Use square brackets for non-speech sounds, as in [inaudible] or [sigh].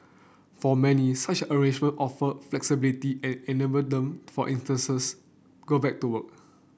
for many such arrangement offer flexibility and enable them for [unintelligible] go back to work